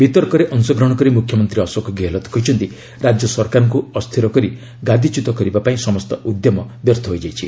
ବିତର୍କରେ ଅଂଶଗ୍ରହଣ କରି ମୁଖ୍ୟମନ୍ତ୍ରୀ ଅଶୋକ ଗେହଲତ କହିଛନ୍ତି ରାଜ୍ୟ ସରକାରଙ୍କୁ ଅସ୍ଥିର କରି ଗାଦିଚ୍ୟୁତ କରିବା ପାଇଁ ସମସ୍ତ ଉଦ୍ୟମ ବ୍ୟର୍ଥ ହୋଇଛି